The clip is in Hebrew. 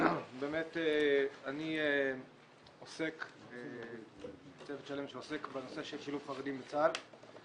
אז באמת אני עוסק בנושא של שילוב של חרדים בצה"ל,